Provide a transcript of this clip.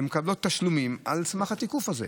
מקבלות תשלומים על סמך התיקוף הזה.